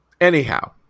Anyhow